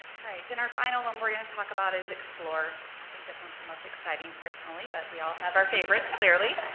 all right and our final one we're gonna talk about is explore, i think this one's the most exciting personally but we all have our favorites clearly.